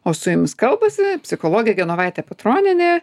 o su jumis kalbasi psichologė genovaitė petronienė